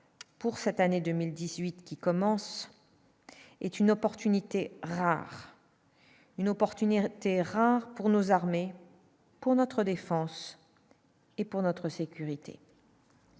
pour cette année 2018 qui commence est une opportunité. Une opportunité rare pour nos armées pour notre défense et pour notre sécurité.